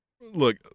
look